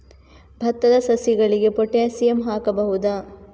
ಭತ್ತದ ಸಸಿಗಳಿಗೆ ಪೊಟ್ಯಾಸಿಯಂ ಹಾಕಬಹುದಾ?